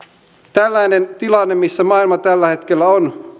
tällainen tilanne missä maailma tällä hetkellä on